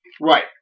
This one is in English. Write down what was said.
Right